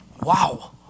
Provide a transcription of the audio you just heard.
Wow